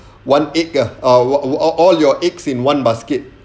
one egg ah all all your eggs in one basket